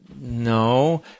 No